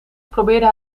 probeerde